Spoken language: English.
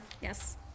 Yes